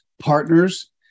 partners